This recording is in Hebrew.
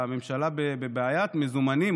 הממשלה בבעיית מזומנים,